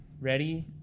ready